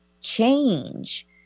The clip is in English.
change